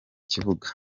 kibuga